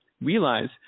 realize